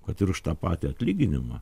kad ir už tą patį atlyginimą